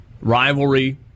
rivalry